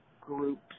groups